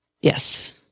Yes